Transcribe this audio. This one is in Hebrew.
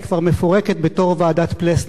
היא כבר מפורקת בתור ועדת-פלסנר.